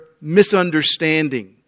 misunderstanding